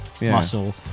muscle